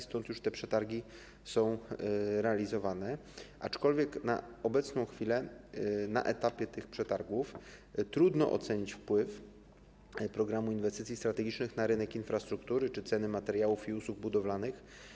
Stąd już te przetargi są realizowane, aczkolwiek na obecną chwilę na etapie tych przetargów trudno ocenić wpływ Programu Inwestycji Strategicznych na rynek infrastruktury czy ceny materiałów i usług budowlanych.